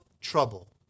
trouble